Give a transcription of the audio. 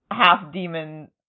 half-demon